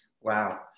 wow